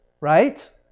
right